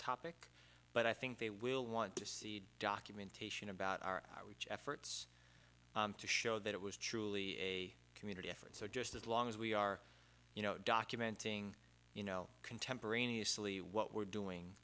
topic but i think they will want to see documentation about our efforts to show that it was truly a community effort so just as long as we are you know documenting you know contemporaneously what we're doing